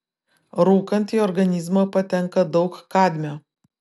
rūkant į organizmą patenka daug kadmio